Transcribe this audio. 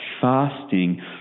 fasting